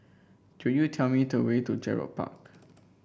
could you tell me the way to Gerald Park